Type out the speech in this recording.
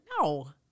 No